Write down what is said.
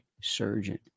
surgeon